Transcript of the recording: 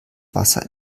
wasser